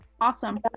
Awesome